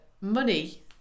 money